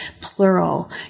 plural